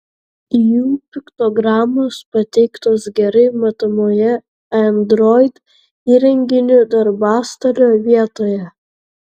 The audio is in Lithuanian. jų piktogramos pateiktos gerai matomoje android įrenginių darbastalio vietoje